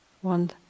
one